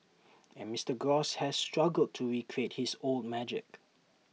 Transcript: and Mister gross has struggled to recreate his old magic